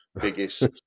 biggest